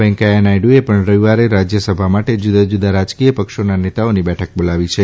વૈકેયા નાયડુએ પણ રવિવારે રાજ્યસભા માટે જુદા જુદા રાજકીય પક્ષોના નેતાઓની બેઠક બોલાવી છે